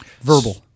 Verbal